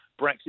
Brexit